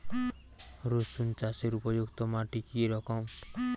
রুসুন চাষের উপযুক্ত মাটি কি রকম?